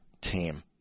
team